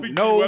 no